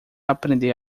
aprender